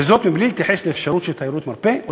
וזאת בלי להתייחס לאפשרות של תיירות מרפא או